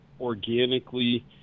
organically